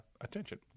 attention